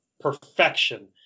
perfection